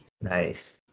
Nice